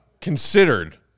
considered